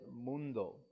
mundo